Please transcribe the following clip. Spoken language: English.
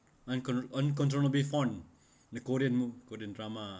uncon~ uncontrollably fond the korean korean drama ah